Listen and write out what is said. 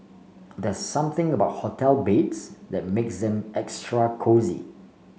there's something about hotel beds that makes them extra cosy